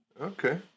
Okay